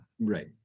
Right